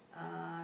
uh